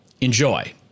Enjoy